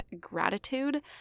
gratitude